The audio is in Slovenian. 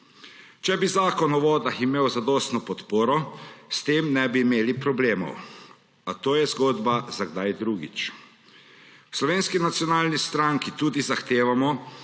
Če bi Zakon o vodah imel zadostno podporo, s tem ne bi imeli problemov. A to je zgodba za kdaj drugič. V Slovenski nacionalni stranki tudi zahtevamo,